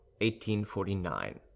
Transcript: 1849